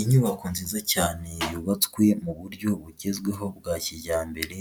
Inyubako nziza cyane yubatswe mu buryo bugezweho bwa kijyambere,